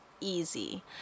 easy